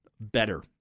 better